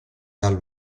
dal